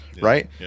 right